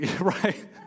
right